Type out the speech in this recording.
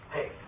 Hey